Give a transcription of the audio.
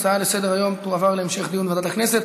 ההצעה לסדר-היום תועבר להמשך דיון בוועדת הכנסת.